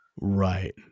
Right